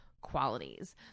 qualities